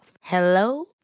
Hello